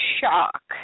shock